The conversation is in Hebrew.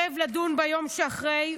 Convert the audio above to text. כאשר נתניהו מסרב לדון ביום שאחרי,